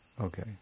Okay